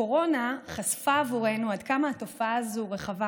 הקורונה חשפה עבורנו עד כמה התופעה הזאת רחבה,